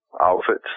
outfits